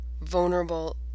vulnerable